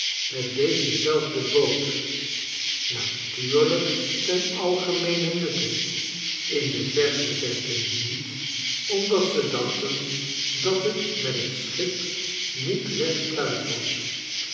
met deze zelfde boot natuurlijk ten algemeenen nutte in de verste verte niet omdat ze dachten dat het met het schip niet recht pluis was